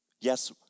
Yes